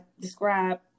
describe